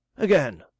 again